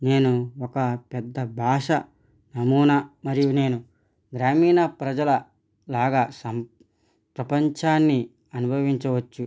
నేను ఒక పెద్ద భాష నమూనా మరియు నేను గ్రామీణ ప్రజల లాగా సం ప్రపంచాన్ని అనుభవించవచ్చు